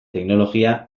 teknologia